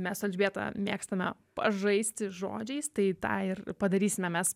mes su elžbieta mėgstame pažaisti žodžiais tai tą ir padarysime mes